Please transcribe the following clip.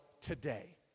today